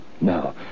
no